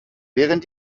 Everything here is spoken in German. während